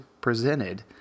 presented